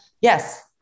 yes